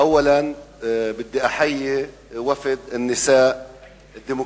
- (נושא דברים